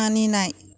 मानिनाय